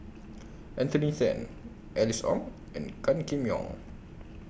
Anthony Then Alice Ong and Gan Kim Yong